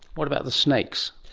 what about the snakes?